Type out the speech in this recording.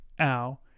ow